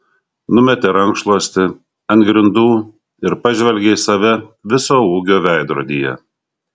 numetė rankšluostį ant grindų ir pažvelgė į save viso ūgio veidrodyje